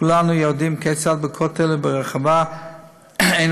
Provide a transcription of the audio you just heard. כולנו יודעים כיצד בכותל וברחבה אין